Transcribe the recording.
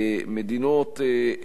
מדינות,